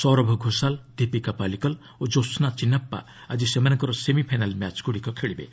ସୌରଭ ସୋଷାଲ୍ ଦୀପିକା ପାଲିକଲ୍ ଓ ଜ୍ୟୋସ୍ନା ଚିନ୍ନାସ୍ପା ଆଜି ସେମାନଙ୍କର ସେମିଫାଇନାଲ୍ ମ୍ୟାଚ୍ଗୁଡ଼ିକ ଖେଳିବେ